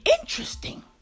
interesting